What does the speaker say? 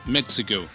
Mexico